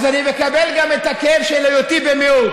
אז אני מקבל גם את הכאב של היותי במיעוט.